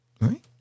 right